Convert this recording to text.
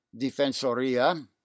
defensoria